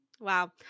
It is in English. Wow